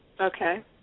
Okay